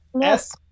yes